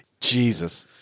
Jesus